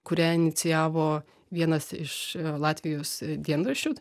kurią inicijavo vienas iš latvijos dienraščių